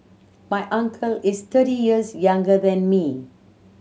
my uncle is thirty years younger than me